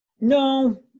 no